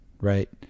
right